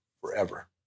forever